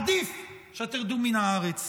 עדיף שתרדו מן הארץ.